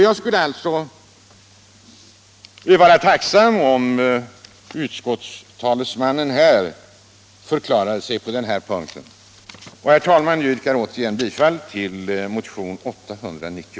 Jag skulle därför vara tacksam om utskottets talesman här ville förklara sig på den punkten. Herr talman! Jag yrkar återigen bifall till motionen 890.